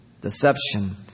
Deception